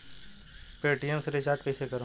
Paytm से recharge कईसे करम?